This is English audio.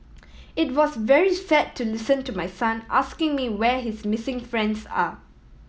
it was very sad to listen to my son asking me where his missing friends are